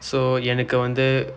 so எனக்கு வந்து:ennakku vandthu